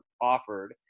offered